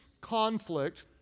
conflict